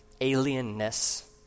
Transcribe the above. alienness